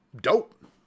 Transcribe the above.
Dope